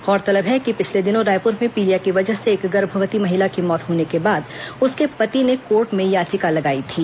गौरतलब है कि पिछले दिनों रायपूर में पीलिया की वजह से एक गर्भवती महिला की मौत होने के बाद उसके पति ने कोर्ट में याचिका लगाई थी